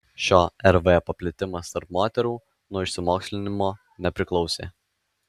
šio rv paplitimas tarp moterų nuo išsimokslinimo nepriklausė